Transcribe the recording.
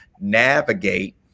navigate